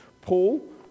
Paul